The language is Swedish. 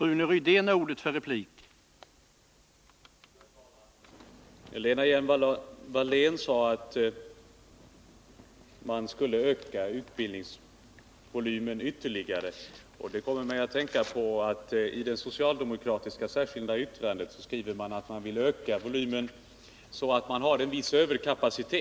Herr talman! Lena Hjelm-Wallén sade att man skulle öka utbildningsvolymen ytterligare. Det kom mig att tänka på att man i det socialdemokratiska särskilda yttrandet skriver att man vill öka volymen så att man får en viss överkapacitet.